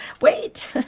wait